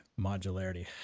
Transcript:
modularity